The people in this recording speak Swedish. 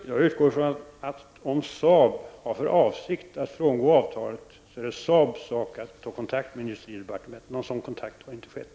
Herr talman! Jag utgår ifrån att om SAAB har för avsikt att frångå avtalet så är det SAABs sak att ta kontakt med industridepartementet. Någon sådan kontakt har inte skett.